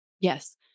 Yes